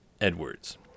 Edwards